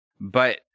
But-